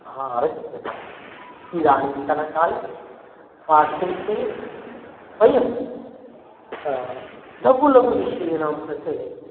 आरज् गतवान् इदानींतन काले स्वार्थविषये स्वयं लघु लघु विषयाणां कृते